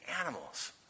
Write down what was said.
animals